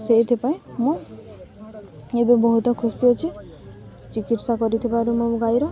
ସେଇଥିପାଇଁ ମୁଁ ଏବେ ବହୁତ ଖୁସି ଅଛି ଚିକିତ୍ସା କରିଥିବାରୁ ମୋ ଗାଈର